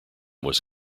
was